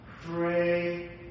pray